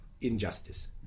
injustice